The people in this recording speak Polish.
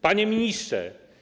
Panie Ministrze!